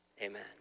amen